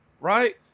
right